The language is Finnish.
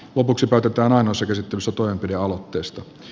lopuksi päätetään ainoassa käsittelyssä toimenpidealoitteesta